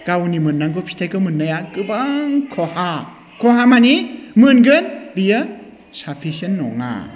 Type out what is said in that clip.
गावनि मोननांगौ फिथाइखौ मोननाया गोबां खहा खहा मेनि मोनगोन बियो साफिसियेन्ट नङा